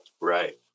Right